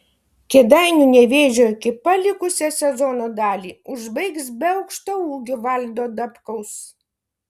kėdainių nevėžio ekipa likusią sezono dalį užbaigs be aukštaūgio valdo dabkaus